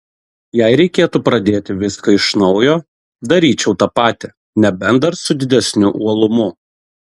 jei reikėtų pradėti viską iš naujo daryčiau tą patį nebent dar su didesniu uolumu